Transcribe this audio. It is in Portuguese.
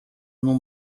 num